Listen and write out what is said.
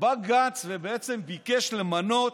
גנץ ביקש למנות